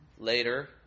Later